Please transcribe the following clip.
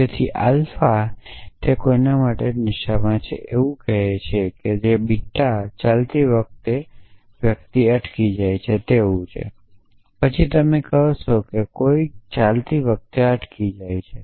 તેથી આલ્ફા તે કોઈક માટે નશામાં છે એવું છે અને બીટા ચાલતી વખતે વ્યક્તિ અટકી જાય છે તેવું છે પછી તમે કહો છો કે કોઈક ચાલતી વખતે અટકી જાય છે